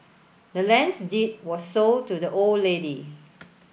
the land's deed was sold to the old lady